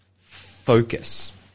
focus